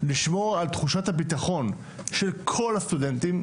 לשמור על תחושת הבטחון של כל הסטודנטים,